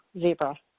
zebra